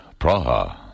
Praha